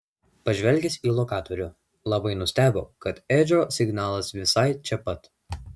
pažvelgęs į lokatorių labai nustebo kad edžio signalas visai čia pat